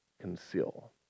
conceal